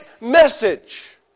message